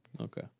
Okay